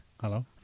Hello